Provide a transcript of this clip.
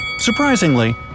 Surprisingly